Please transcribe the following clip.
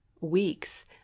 weeks